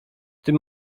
tym